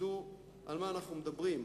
שתדעו על מה אנחנו מדברים.